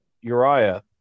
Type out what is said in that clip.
Uriah